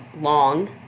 long